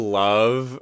love